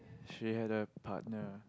she had a partner